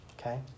Okay